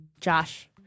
Josh